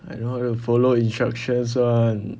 don't know how to follow instructions [one]